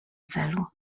celu